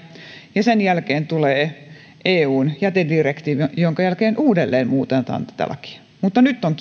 ja sen jälkeen tulee eun jätedirektiivi jonka jälkeen uudelleen muutetaan tätä lakia mutta nyt on